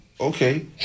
okay